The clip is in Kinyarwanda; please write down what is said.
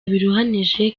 biruhanije